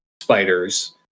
spiders